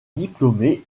diplômée